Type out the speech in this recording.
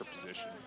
position